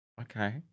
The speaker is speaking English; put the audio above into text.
Okay